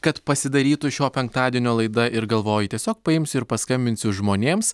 kad pasidarytų šio penktadienio laida ir galvoju tiesiog paimsiu ir paskambinsiu žmonėms